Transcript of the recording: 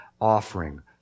offering